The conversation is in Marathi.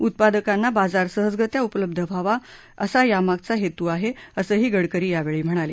उत्पादकांना बाजार सहजगत्या उपलब्ध व्हावा असा यामागे हेतू आहे असंही गडकरी यावेळी म्हणाले